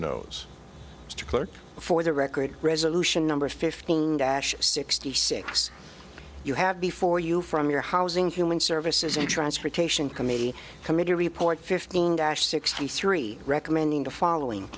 to clerk for the record resolution number fifty sixty six you have before you from your housing human services and transportation committee committee report fifteen dash sixty three recommending the following